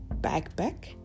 backpack